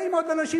באים עוד אנשים.